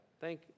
Thank